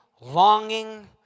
longing